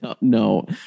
no